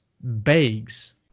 bags